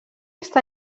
està